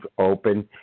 open